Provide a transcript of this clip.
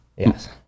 yes